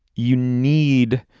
you need.